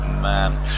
man